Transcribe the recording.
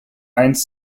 eins